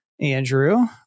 Andrew